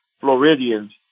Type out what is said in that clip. Floridians